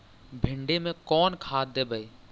भिंडी में कोन खाद देबै?